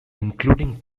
including